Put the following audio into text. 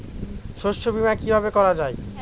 শস্য বীমা কিভাবে করা যায়?